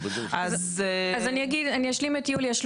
אז אני אשלים את יוליה,